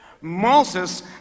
Moses